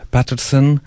Patterson